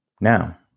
Now